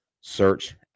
Search